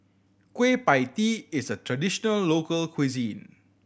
Kueh Pie Tee is a traditional local cuisine